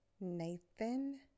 Nathan